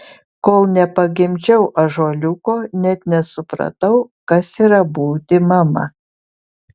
kol nepagimdžiau ąžuoliuko net nesupratau kas yra būti mama